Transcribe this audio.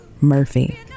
Murphy